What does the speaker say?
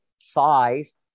size